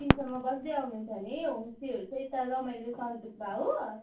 दिनसम्म बस्दै आउनुहुन्छ भने होमस्टेहरू चाहिँ यता रमाइलो सन्तुकमा हो